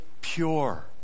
pure